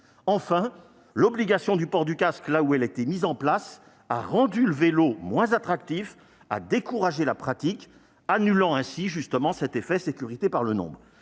l'obligation du port du casque, là où elle a été appliquée, a rendu le vélo moins attractif et a découragé la pratique, annulant ainsi cet effet sécurité par le nombre.